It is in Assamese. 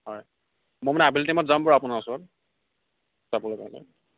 হয় মই মানে আবেলি টাইমত যাম বাৰু আপোনাৰ ওচৰত যাব লগা হ'লে